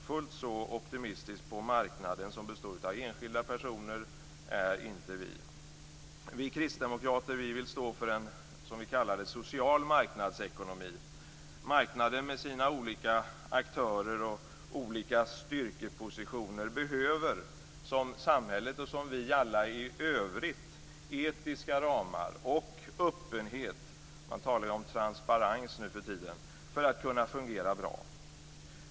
Fullt så optimistisk på marknaden, som består av enskilda personer, är inte vi. Vi kristdemokrater står för en social marknadsekonomi. Marknaden, med sina olika aktörer och olika styrkepositioner, behöver - som samhället och vi andra i övrigt - etiska ramar och öppenhet - man talar om transparens nu för tiden - för att kunna fungera bra.